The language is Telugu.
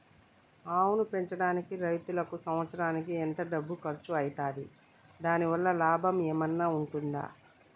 ఆవును పెంచడానికి రైతుకు సంవత్సరానికి ఎంత డబ్బు ఖర్చు అయితది? దాని వల్ల లాభం ఏమన్నా ఉంటుందా?